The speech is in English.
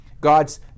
God's